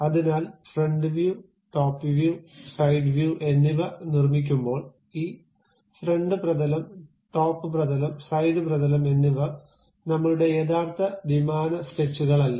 അതിനാൽ front view top view side view എന്നിവ നിർമ്മിക്കുമ്പോൾ ഈ ഫ്രണ്ട് പ്രതലം ടോപ്പ് പ്രതലം സൈഡ് പ്രതലം എന്നിവ നമ്മളുടെ യഥാർത്ഥ ദ്വിമാന സ്കെച്ചുകളല്ല